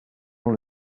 dans